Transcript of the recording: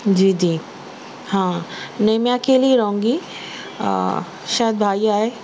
جی جی ہاں نہیں میں اکیلی ہی رہوں گی شاید بھائی آئے